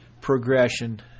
progression